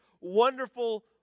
Wonderful